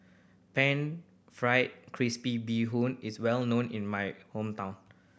Pan Fried Crispy Bee Hoon is well known in my hometown